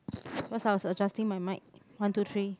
cause I was adjusting my mic one two three